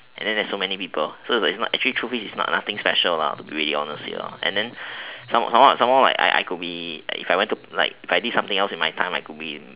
and then there is so many people so is like actually truth is is nothing special lah to be really honest here lah and then some more some more some more like I I could be if I want to like if I did something else in my time I could been